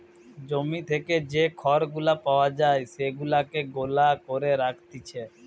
জমি থেকে যে খড় গুলা পাওয়া যায় সেগুলাকে গলা করে রাখতিছে